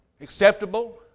acceptable